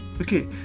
Okay